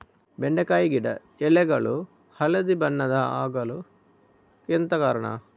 ಬೆಂಡೆಕಾಯಿ ಗಿಡ ಎಲೆಗಳು ಹಳದಿ ಬಣ್ಣದ ಆಗಲು ಎಂತ ಕಾರಣ?